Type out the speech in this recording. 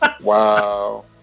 Wow